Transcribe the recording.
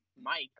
Mike